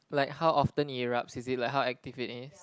like how often it erupts is it like how active it is